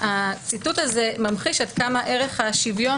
הציטוט הזה ממחיש עד כמה ערך השוויון